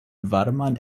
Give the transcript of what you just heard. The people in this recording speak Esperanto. varman